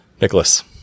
Nicholas